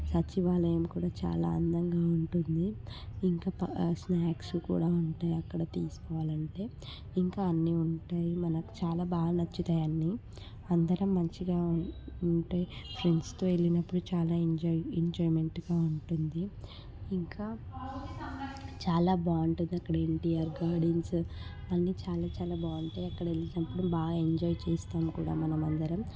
సచివాలయం కూడా చాలా అందంగా ఉంటుంది ఇంకా స్నాక్స్ కూడా ఉంటాయి అక్కడ తీసుకోవాలంటే ఇంకా అన్నీ ఉంటాయి మనకు చాలా బాగా నచ్చుతాయి అన్ని అందరం మంచిగా ఉంటే ఫ్రెండ్స్తో వెళ్ళినప్పుడు చాలా ఎంజాయ్ ఎంజాయ్మెంట్గా ఉంటుంది ఇంకా చాలా బాగుటుంది అక్కడ ఎన్టిఆర్ గార్డెన్స్ అన్నీ చాలా చాలా బాగుంటాయి అక్కడ వెళ్ళినపుడు బాగా ఎంజాయ్ చేస్తాము కూడా మనమందరం